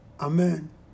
Amen